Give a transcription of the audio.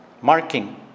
marking